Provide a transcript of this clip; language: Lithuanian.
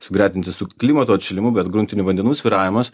sugretinti su klimato atšilimu bet gruntinių vandenų svyravimas